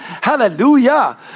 Hallelujah